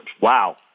Wow